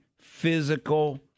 physical